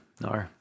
no